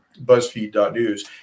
BuzzFeed.News